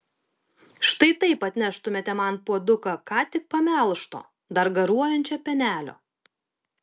štai taip atneštumėte man puoduką ką tik pamelžto dar garuojančio pienelio